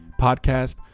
podcast